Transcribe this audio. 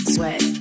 Sweat